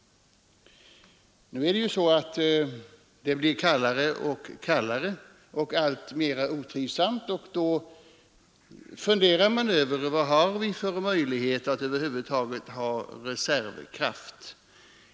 Det blir kallare och kallare och alltmer otrivsamt, och man funderar över vad vi har för möjligheter att över huvud taget hålla oss med reservkrafttillgångar.